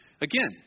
Again